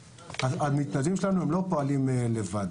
המתנדבים שלנו לא פועלים לבד.